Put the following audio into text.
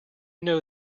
know